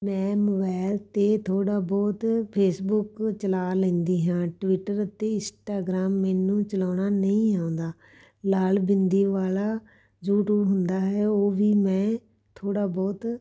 ਮੈਂ ਮੋਬਾਇਲ 'ਤੇ ਥੋੜ੍ਹਾ ਬਹੁਤ ਫੇਸਬੁੱਕ ਚਲਾ ਲੈਂਦੀ ਹਾਂ ਟਵਿੱਟਰ ਅਤੇ ਇਸਟਾਗ੍ਰਾਮ ਮੈਨੂੰ ਚਲਾਉਣਾ ਨਹੀਂ ਆਉਂਦਾ ਲਾਲ ਬਿੰਦੀ ਵਾਲਾ ਯੂਟਿਊਬ ਹੁੰਦਾ ਹੈ ਉਹ ਵੀ ਮੈਂ ਥੋੜ੍ਹਾ ਬਹੁਤ